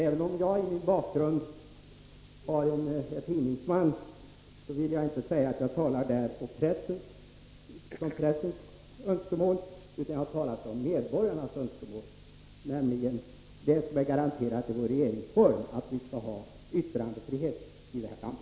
Även om min bakgrund är tidningsmannens vill jag inte säga att jag talar för pressens önskemål, utan jag talar för medborgarnas önskemål när det gäller det som är garanterat i vår regeringsform, nämligen att vi skall ha yttrandefrihet i det här landet.